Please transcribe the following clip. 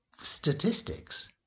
statistics